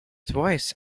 voice